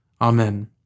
Amen